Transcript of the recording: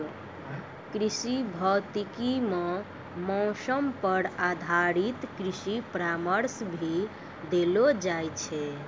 कृषि भौतिकी मॅ मौसम पर आधारित कृषि परामर्श भी देलो जाय छै